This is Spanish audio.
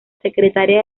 secretaria